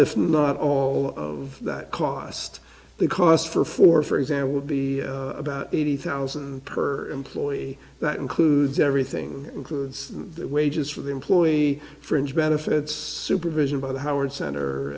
if not all of that cost the cost for four for example would be about eighty thousand per employee that includes everything includes wages for the employee fringe benefits supervision by the howard cent